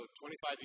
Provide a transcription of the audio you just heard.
25